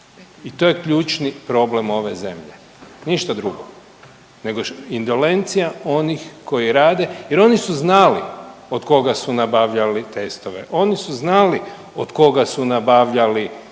i to je ključni problem ove zemlje. Ništa drugo. Nego indolencija onih koji rade, jer oni su znali od koga su nabavljali testove, oni su znali od koga su nabavljali škare,